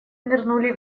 нырнули